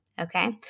Okay